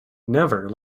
never